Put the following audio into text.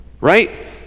right